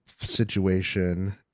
situation